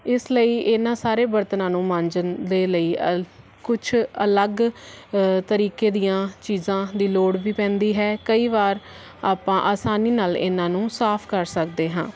ਇਸ ਲਈ ਇਹਨਾਂ ਸਾਰੇ ਬਰਤਨਾਂ ਨੂੰ ਮਾਂਜਣਾ ਦੇ ਲਈ ਕੁਛ ਅਲੱਗ ਤਰੀਕੇ ਦੀਆਂ ਚੀਜ਼ਾਂ ਦੀ ਲੋੜ ਵੀ ਪੈਂਦੀ ਹੈ ਕਈ ਵਾਰ ਆਪਾਂ ਆਸਾਨੀ ਨਾਲ ਇਹਨਾਂ ਨੂੰ ਸਾਫ ਕਰ ਸਕਦੇ ਹਾਂ